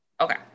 Okay